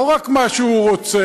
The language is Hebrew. לא רק מה שהוא רוצה,